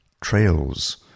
trails